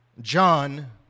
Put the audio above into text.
John